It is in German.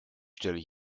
stelle